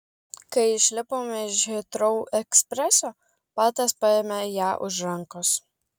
kai išlipome iš hitrou ekspreso patas paėmė ją už rankos